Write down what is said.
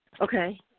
okay